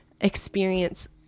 experience